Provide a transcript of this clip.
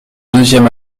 deuxième